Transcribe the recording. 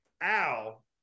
Al